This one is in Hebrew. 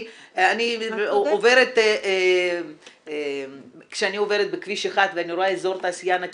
כשאני עוברת בכביש 1 ואני רואה אזור תעשייה אני אומרת,